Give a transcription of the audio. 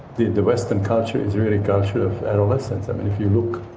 the the western culture is really a culture of adolescence. um and if you look